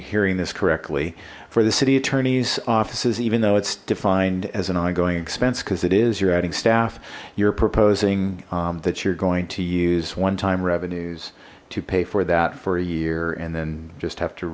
hearing this correctly for the city attorney's offices even though it's defined as an ongoing expense because it is you're adding staff you're proposing that you're going to use one time revenues to pay for that for a year and then just have to